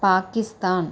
Pakistan